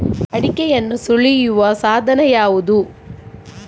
ಅಡಿಕೆಯನ್ನು ಸುಲಿಯುವ ಸಾಧನ ಯಾವುದು?